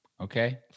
okay